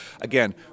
again